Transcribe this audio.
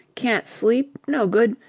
can't sleep. no good.